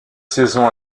saisons